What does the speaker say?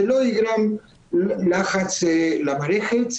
זה לא יגרום לחץ על המערכת,